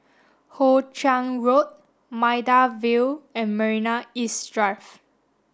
Hoe Chiang Road Maida Vale and Marina East Drive